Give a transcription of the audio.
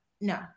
no